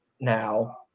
now